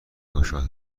گشاد